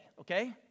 okay